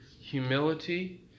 humility